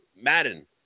Madden